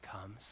comes